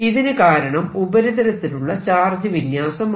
ഇതിനു കാരണം ഉപരിതലത്തിലുള്ള ചാർജ് വിന്യാസമാണ്